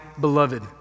beloved